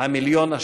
המיליון השני".